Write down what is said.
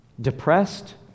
Depressed